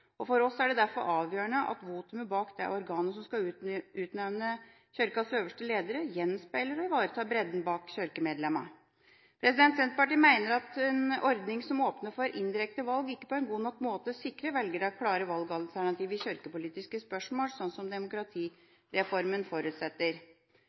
For oss er det derfor avgjørende at votumet bak det organet som skal utnevne Kirkens øverste ledere, gjenspeiler og ivaretar bredden blant kirkemedlemmene. Senterpartiet mener at en ordning som åpner for indirekte valg, ikke på en god nok måte sikrer velgerne klare valgalternativer i kirkepolitiske spørsmål,